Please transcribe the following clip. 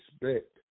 respect